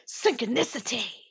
Synchronicity